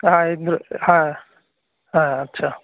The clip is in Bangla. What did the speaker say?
হ্যাঁ হ্যাঁ হ্যাঁ আচ্ছা